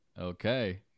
Okay